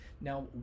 now